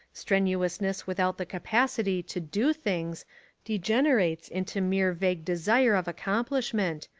strenuousness without the capacity to do things degenerates into mere vague desire of accomplishment,